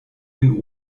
den